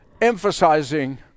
emphasizing